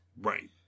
Right